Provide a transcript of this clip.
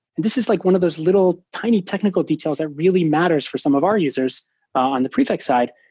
this is like one of those little tiny technical details that really matters for some of our users on the prefect side.